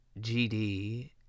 GD